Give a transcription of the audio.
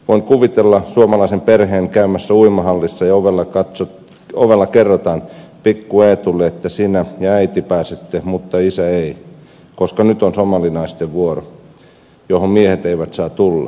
voin kuvitella suomalaisen perheen käymässä uimahallissa ja ovella kerrotaan pikku eetulle että sinä ja äiti pääsette mutta isä ei koska nyt on somalinaisten vuoro johon miehet eivät saa tulla